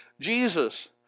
Jesus